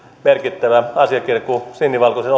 merkittävä asiakirja kuin sinivalkoisen